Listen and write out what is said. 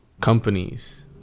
Companies